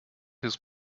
his